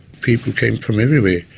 people came from everywhere,